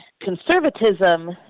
conservatism